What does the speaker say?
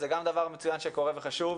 זה גם דבר מצוין שקורה וחשוב.